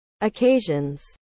occasions